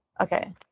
Okay